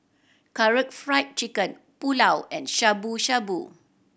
Karaage Fried Chicken Pulao and Shabu Shabu